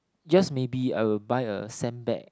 just maybe I will buy a sandbag